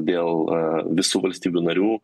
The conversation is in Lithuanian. dėl visų valstybių narių